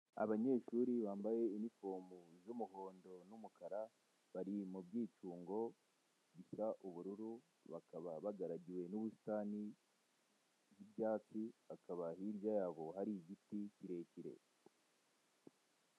Abanyeshuri bambaye inifomu z'umuhondo n'umukara, bari mu byicungo bisa ubururu, bakaba bagaragiwe n'ubusitani bw'ibyatsi, bakaba hirya yabo hari igiti kirekire.